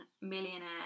millionaire